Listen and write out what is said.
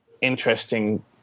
interesting